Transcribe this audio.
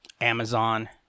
Amazon